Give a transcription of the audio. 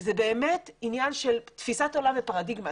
זה באמת עניין של תפיסת עולם ופרדיגמה.